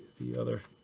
the other?